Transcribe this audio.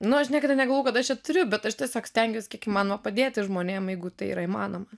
nu aš niekada negalvojau kad aš ją turiu bet aš tiesiog stengiuos kiek įmanoma padėti žmonėm jeigu tai yra įmanoma